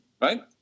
right